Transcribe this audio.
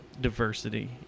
diversity